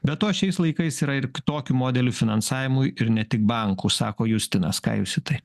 be to šiais laikais yra ir kitokių modelių finansavimui ir ne tik bankų sako justinas ką jūs į tai